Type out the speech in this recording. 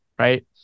Right